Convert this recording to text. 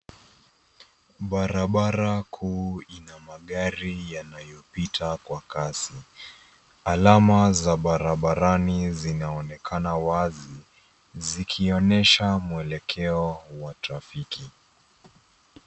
Barabara kuu ina magari yanayopita kwa kasi. Alama za barabarani zinaonekana wazi, zikionyesha mwelekeo wa trafiki.